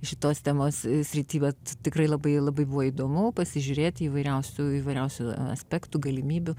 šitos temos srity bet tikrai labai labai buvo įdomu pasižiūrėti įvairiausių įvairiausių aspektų galimybių